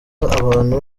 abantu